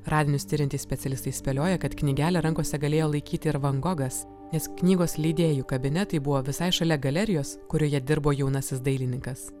radinius tiriantys specialistai spėlioja kad knygelę rankose galėjo laikyti ir van gogas nes knygos leidėjų kabinetai buvo visai šalia galerijos kurioje dirbo jaunasis dailininkas